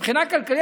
מבחינה כלכלית,